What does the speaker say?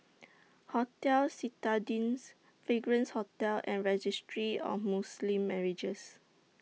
Hotel Citadines Fragrance Hotel and Registry of Muslim Marriages